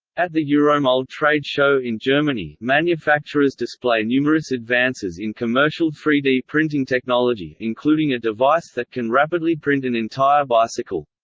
at the euromold trade show in germany, manufacturers display numerous advances in commercial three d printing technology, including a device that can rapidly print an entire bicycle.